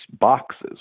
boxes